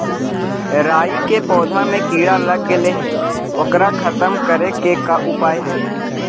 राई के पौधा में किड़ा लग गेले हे ओकर खत्म करे के का उपाय है?